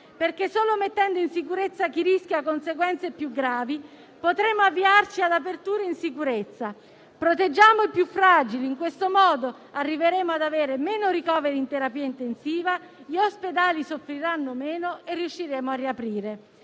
perché solo mettendo in sicurezza chi rischia conseguenze più gravi potremmo avviarci all'apertura in sicurezza. Proteggiamo i più fragili: in questo modo arriveremo ad avere meno ricoveri in terapia intensiva, gli ospedali soffriranno meno e riusciremo a riaprire.